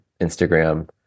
Instagram